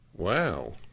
wow